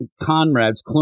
Conrad's